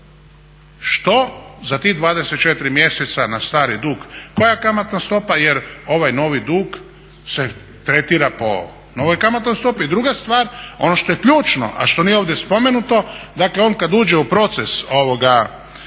Što za tih 24 mjeseca na stari dug koja kamatna stopa jer ovaj novi dug se tretira po novoj kamatnoj stopi. I druga stvar, ono što je ključno, a što nije ovdje spomenuto dakle on kada uđe u proces upravnog